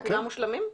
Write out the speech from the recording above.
כולם מושלמים?